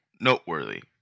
Noteworthy